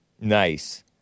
Nice